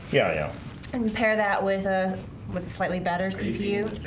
yeah, yeah and pair that with a was a slightly better cpu